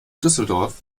düsseldorf